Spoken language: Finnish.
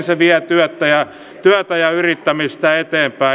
miten se vie työtä ja yrittämistä eteenpäin